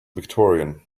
victorian